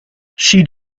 she